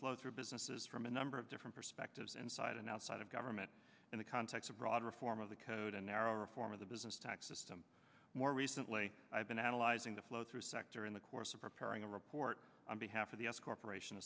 flow through businesses from a number of different perspectives and side and outside of government in the context of broad reform of the code and narrow reform of the business tax system more recently i've been analyzing the flow through sector in the course of preparing a report on behalf of the us corporation